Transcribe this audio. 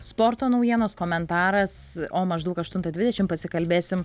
sporto naujienos komentaras o maždaug aštuntą dvidešimt pasikalbėsim